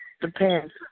depends